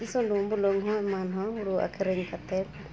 ᱥᱩᱱᱩᱢ ᱵᱩᱞᱩᱝ ᱦᱚᱸ ᱮᱢᱟᱱ ᱦᱚᱸ ᱦᱩᱲᱩ ᱟᱹᱠᱷᱨᱤᱧ ᱠᱟᱛᱮᱫ